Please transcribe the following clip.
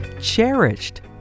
cherished